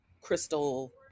crystal